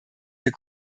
hier